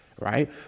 Right